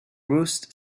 roost